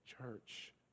church